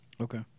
okay